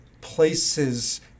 places